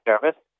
service